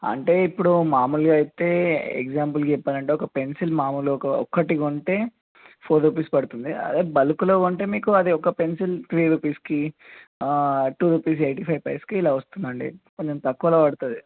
అంటే ఇప్పుడు మామూలుగా అయితే ఎగ్జాంపుల్కి చెప్పాలంటే ఒక పెన్సిల్ మామూలుగా ఒక ఒకటి కొంటే ఫోర్ రూపీస్ పడుతుంది అదే బల్క్లో కొంటే మీకు అదే ఒక పెన్సిల్ త్రీ రూపీస్కి టూ రూపీస్ ఎయిటీ ఫైవ్ పైస్కి ఇలా వస్తుందండి కొంచెం తక్కువలో పడుతుంది